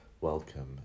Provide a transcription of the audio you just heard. welcome